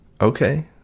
Okay